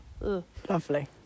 Lovely